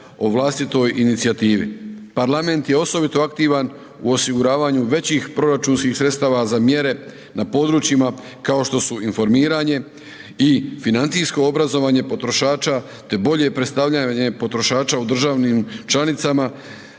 o vlastitoj inicijativi. Parlament je osobito aktivan u osiguravanju većih proračunskih sredstava za mjere na područjima kao što su informiranje i financijsko obrazovanje potrošača te bolje predstavljanje potrošača u državnih članicama